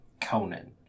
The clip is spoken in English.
Conan